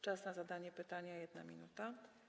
Czas na zadanie pytania - 1 minuta.